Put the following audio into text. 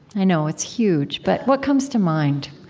i know it's huge, but what comes to mind?